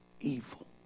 evil